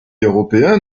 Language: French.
européen